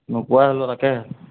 নোপোৱাই হ'লোঁ তাকে